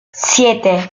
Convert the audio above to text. siete